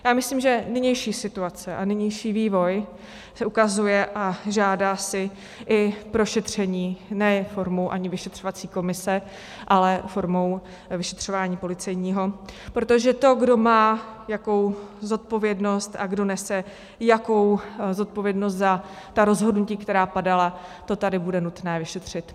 Já myslím, že nynější situace a nynější vývoj ukazuje a žádá si prošetření ne formou ani vyšetřovací komise, ale formou vyšetřování policejního, protože to, kdo má jakou zodpovědnost a kdo nese jakou zodpovědnost za ta rozhodnutí, která padala, to tady bude nutné vyšetřit.